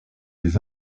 des